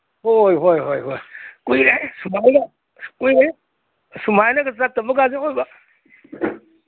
ꯍꯣꯏ ꯍꯣꯏ ꯍꯣꯏ ꯍꯣꯏ ꯀꯨꯏꯔꯦꯍꯦ ꯁꯨꯃꯥꯏꯅ ꯀꯨꯏꯔꯦ ꯁꯨꯃꯥꯏꯅꯒ ꯆꯠꯇꯕꯀꯁꯦ ꯑꯋꯣꯏꯕ